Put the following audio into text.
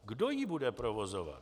Kdo ji bude provozovat?